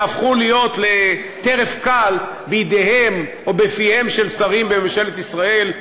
שהפכו להיות טרף קל בידיהם או בפיהם של שרים בממשלת ישראל,